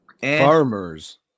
Farmers